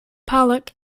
pollock